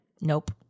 Nope